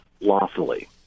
lawfully